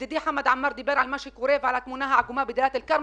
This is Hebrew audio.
ידידי חמד עמאר דיבר על מה שקורה ועל התמונה העגומה בדליית אל כרמל.